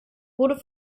wurde